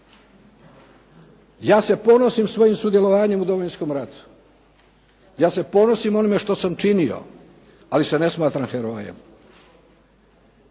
Ja se ponosim svojim sudjelovanjem u Domovinskom ratu. Ja se ponosim onime što sam činio, ali se ne smatram herojem.